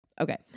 Okay